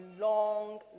long